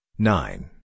Nine